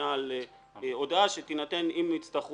השנייה על הודעה שתינתן אם הצטרכו.